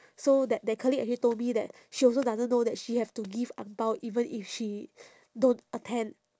so that that colleague actually told me that she also doesn't know that she have to give ang bao even if she don't attend